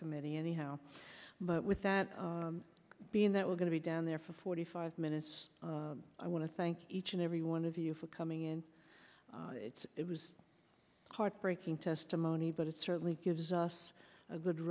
subcommittee anyhow but with that being that we're going to be down there for forty five minutes i want to thank each and every one of you for coming in it was heartbreaking testimony but it certainly gives us a good